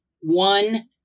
one